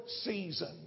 season